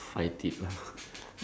start of the month like last month